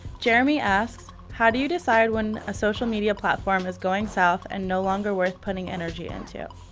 jeremy asks, how do you decide when a social media platform is going south and no longer worth putting energy into?